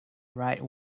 right